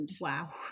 Wow